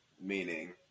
Meaning